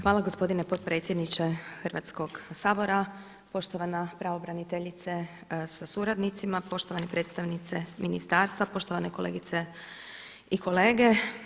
Hvala gospodine potpredsjedniče Hrvatskog sabora, poštovana pravobraniteljice sa suradnicima, poštovane predstavnice ministarstva, poštovane kolegice i kolege.